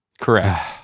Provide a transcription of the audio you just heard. correct